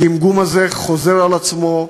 הגמגום הזה חוזר על עצמו.